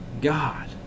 God